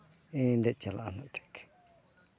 ᱤᱧ ᱫᱮᱡ ᱪᱟᱞᱟᱜᱼᱟ ᱦᱟᱸᱜ ᱴᱷᱤᱠ